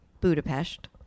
Budapest